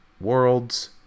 worlds